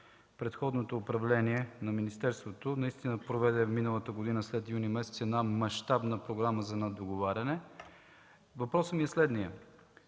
Предходното управление на министерството проведе миналата година след месец юни мащабна програма за наддоговаряне. Въпросът ми е: наясно